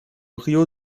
río